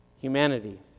humanity